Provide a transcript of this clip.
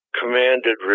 commanded